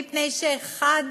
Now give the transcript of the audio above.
מפני שאחד